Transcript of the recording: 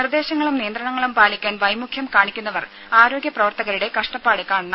നിർദ്ദേശങ്ങളും നിയന്ത്രണങ്ങളും പാലിക്കാൻ വൈമുഖ്യം കാണിക്കുന്നവർ ആരോഗ്യ പ്രവർത്തകരുടെ കഷ്ടപ്പാട് കാണണം